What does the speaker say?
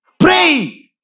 Pray